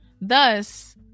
Thus